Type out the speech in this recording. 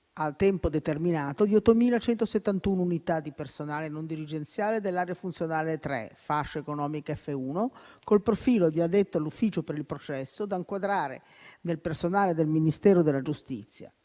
a tempo determinato di 8.171 unità di personale non dirigenziale dell'area funzionale 3, fascia economica F1, con il profilo di addetto all'ufficio per il processo, da inquadrare nel personale del Ministero della giustizia.